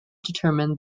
determine